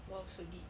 !wow! so deep